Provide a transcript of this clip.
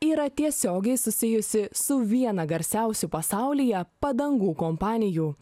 yra tiesiogiai susijusi su viena garsiausių pasaulyje padangų kompanijų